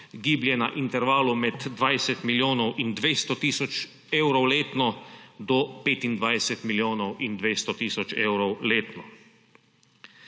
giblje na intervalu od 20 milijonov in 200 tisoč evrov letno do 25 milijonov in 200 tisoč evrov letno.